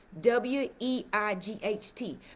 W-E-I-G-H-T